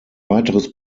weiteres